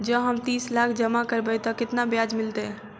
जँ हम तीस लाख जमा करबै तऽ केतना ब्याज मिलतै?